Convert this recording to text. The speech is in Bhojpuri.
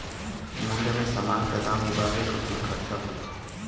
मूल्य मे समान क दाम उगावे क कुल खर्चा होला